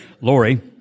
Lori